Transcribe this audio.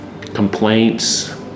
complaints